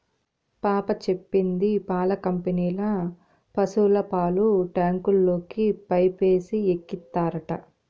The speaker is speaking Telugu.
పాప చెప్పింది పాల కంపెనీల పశుల పాలు ట్యాంకుల్లోకి పైపేసి ఎక్కిత్తారట